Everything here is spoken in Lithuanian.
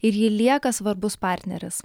ir ji lieka svarbus partneris